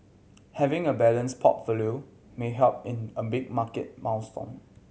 having a balanced portfolio may help in a big market maelstrom